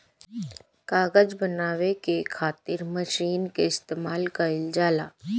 कागज बनावे के खातिर मशीन के इस्तमाल कईल जाला